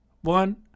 one